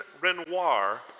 Renoir